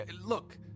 Look